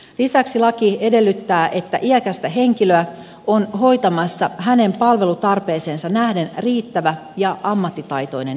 lisäksi laki edellyttää että iäkästä henkilöä on hoitamassa hänen palvelutarpeeseensa nähden riittävä ja ammattitaitoinen henkilöstö